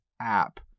app